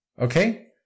Okay